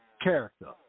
character